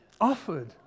offered